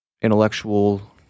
intellectual